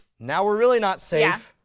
now we're really not safe